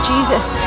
Jesus